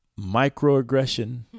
microaggression